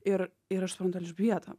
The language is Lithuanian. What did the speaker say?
ir ir aš suprantu elžbieta